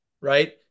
right